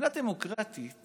במדינה דמוקרטית